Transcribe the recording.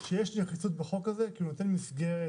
שיש נחיצות בחוק הזה כי הוא יוצר מסגרת,